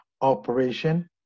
operation